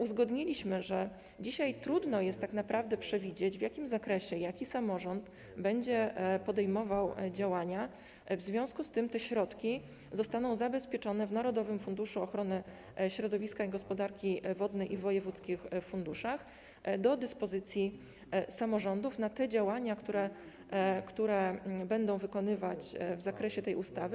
Uzgodniliśmy, że dzisiaj trudno tak naprawdę przewidzieć, w jakim zakresie jaki samorząd będzie podejmował działania, w związku z tym te środki zostaną zabezpieczone w Narodowym Funduszu Ochrony Środowiska i Gospodarki Wodnej i w wojewódzkich funduszach - do dyspozycji samorządów na działania, które będą wykonywać w zakresie tej ustawy.